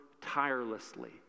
tirelessly